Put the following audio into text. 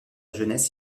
jeunesse